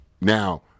Now